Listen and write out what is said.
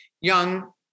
young